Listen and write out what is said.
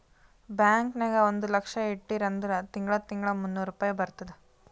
bank ನಾಗ್ ಒಂದ್ ಲಕ್ಷ ಇಟ್ಟಿರಿ ಅಂದುರ್ ತಿಂಗಳಾ ತಿಂಗಳಾ ಮೂನ್ನೂರ್ ರುಪಾಯಿ ಬರ್ತುದ್